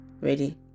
Ready